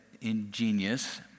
ingenious